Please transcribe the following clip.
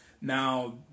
Now